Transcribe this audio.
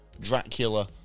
dracula